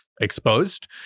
exposed